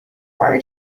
our